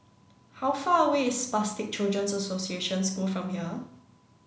how far away is Spastic Children's Association School from here